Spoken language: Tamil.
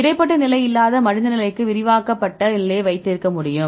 இடைப்பட்ட நிலை இல்லாத மடிந்த நிலைக்கு விரிவாக்கப்பட்ட நிலையை வைத்திருக்க முடியும்